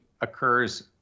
occurs